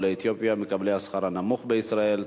עולים אתיופיים הם מקבלי השכר הנמוך בישראל,